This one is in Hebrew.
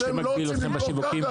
מי שמגביל אתכם בשיווקים?